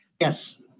Yes